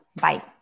Bye